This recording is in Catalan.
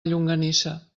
llonganissa